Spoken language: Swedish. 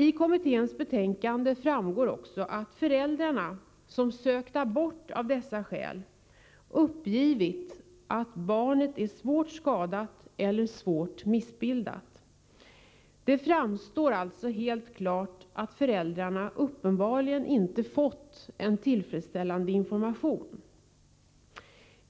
I kommitténs betänkande framgår också att föräldrarna som sökt abort av dessa skäl uppgivit att barnet är svårt skadat eller ”svårt missbildat”. Det framstår som helt klart att föräldrarna uppenbarligen inte fått en tillfredsställande information.